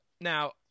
now